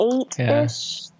eight-ish